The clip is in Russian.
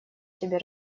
тебе